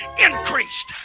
increased